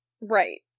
Right